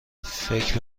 فکر